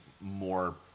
more